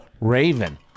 Raven